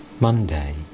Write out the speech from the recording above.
Monday